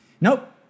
Nope